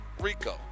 Rico